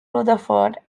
rutherford